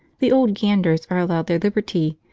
the old ganders are allowed their liberty,